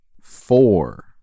four